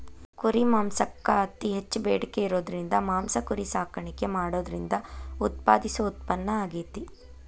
ಕುರಿ ಮಾಂಸಕ್ಕ್ ಅತಿ ಹೆಚ್ಚ್ ಬೇಡಿಕೆ ಇರೋದ್ರಿಂದ ಮಾಂಸ ಕುರಿ ಸಾಕಾಣಿಕೆ ಮಾಡೋದ್ರಿಂದ ಉತ್ಪಾದಿಸೋ ಉತ್ಪನ್ನ ಆಗೇತಿ